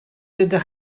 ydych